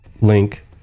link